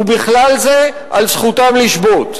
ובכלל זה על זכותם לשבות.